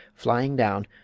flying down,